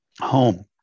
home